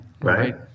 Right